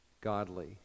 godly